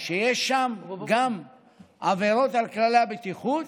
שיש שם גם עבירות על כללי הבטיחות,